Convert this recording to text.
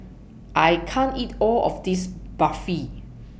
I can't eat All of This Barfi